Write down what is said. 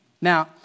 Now